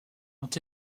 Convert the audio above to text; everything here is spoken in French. ont